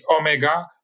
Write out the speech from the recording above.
Omega